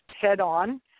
head-on